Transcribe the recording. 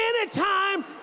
anytime